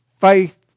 faith